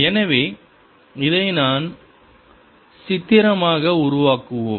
எனவே இதை சித்திரமாக உருவாக்குவோம்